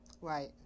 Right